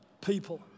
people